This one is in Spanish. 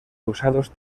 usados